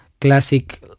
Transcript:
classic